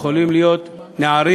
יכולים להיות נערים,